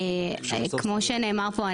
כמו שנאמר פה,